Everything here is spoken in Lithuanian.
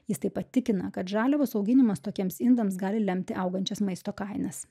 jis taip pat tikina kad žaliavos auginimas tokiems indams gali lemti augančias maisto kainas